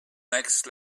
next